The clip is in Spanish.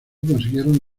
consiguieron